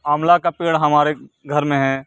آملہ کا پیڑ ہمارے گھر میں ہے